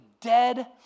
dead